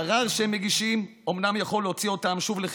הערר שהם מגישים אומנם יכול להוציא אותם שוב לחירות,